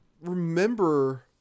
remember